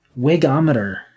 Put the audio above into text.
Wigometer